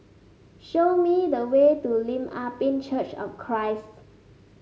show me the way to Lim Ah Pin Church of Christ